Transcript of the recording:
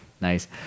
Nice